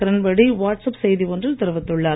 Kiran Bedi WhatsApp செய்தி ஒன்றில் தெரிவித்துள்ளார்